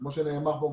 כמו שנאמר כאן,